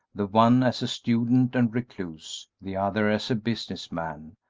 the one as a student and recluse, the other as a business man,